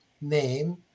name